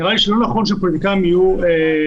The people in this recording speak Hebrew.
נראה לי שלא נכון שידם של הפוליטיקאים תהיה במעל.